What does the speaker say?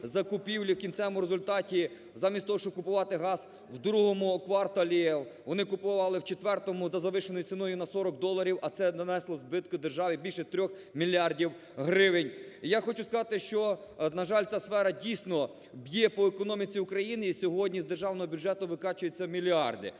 в кінцевому результаті замість того, щоб купувати газ у другому кварталі, вони купували у четвертому за завищеною ціною на 40 доларів, а це нанесло збитку державі близько 3 мільярдів гривень. І я хочу сказати, що, на жаль, ця сфера дійсно б'є по економіці України і сьогодні з державного бюджету викачаються мільярди,